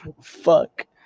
Fuck